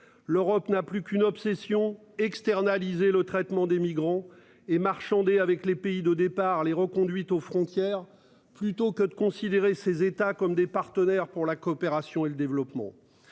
L'Europe n'a plus qu'une obsession, externaliser le traitement des migrants et marchander avec les pays de départ les reconduites aux frontières. Plutôt que de considérer ces états comme des partenaires pour la coopération et le développement.